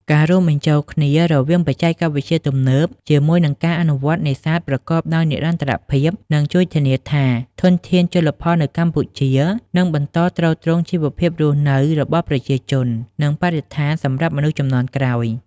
ការរួមបញ្ចូលគ្នារវាងបច្ចេកវិទ្យាទំនើបជាមួយនឹងការអនុវត្តន៍នេសាទប្រកបដោយនិរន្តរភាព នឹងជួយធានាថាធនធានជលផលនៅកម្ពុជានឹងបន្តទ្រទ្រង់ជីវភាពរស់នៅរបស់ប្រជាជន និងបរិស្ថានសម្រាប់មនុស្សជំនាន់ក្រោយ។